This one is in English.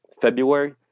February